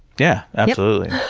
yeah, absolutely.